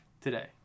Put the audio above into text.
today